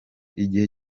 igihe